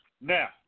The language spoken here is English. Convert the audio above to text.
Now